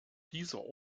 dieser